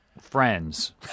Friends